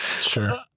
Sure